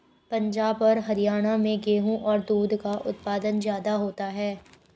पंजाब और हरयाणा में गेहू और दूध का उत्पादन ज्यादा होता है